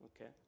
Okay